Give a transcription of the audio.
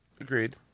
Agreed